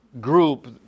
group